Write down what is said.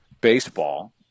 baseball